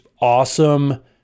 awesome